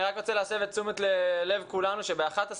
אני רוצה להסב את תשומת לב כולנו שבשעה